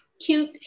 cute